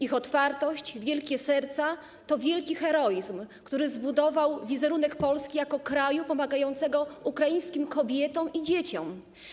Ich otwartość, wielkie serca to wielki heroizm, który zbudował wizerunek Polski jako kraju pomagającego ukraińskim kobietom i dzieciom.